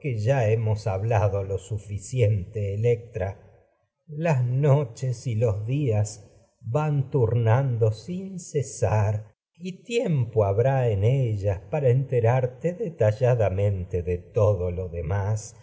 que ya hemos hablado lo turnando suficiente sin cesar electra las noches y los días van y tiempo habrá en ellas para enterarte detalladamente todo de lo demás